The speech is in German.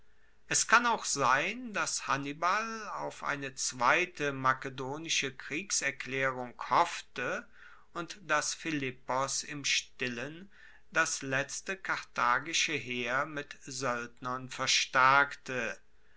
es kann auch sein dass hannibal auf eine zweite makedonische kriegserklaerung hoffte und dass philippos im stillen das letzte karthagische heer mit soeldnern verstaerkte